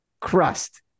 Crust